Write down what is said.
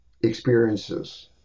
experiences